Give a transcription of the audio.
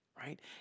right